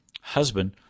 husband